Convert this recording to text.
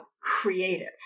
creative